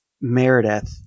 Meredith